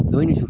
ꯅꯣꯏꯅꯁꯨ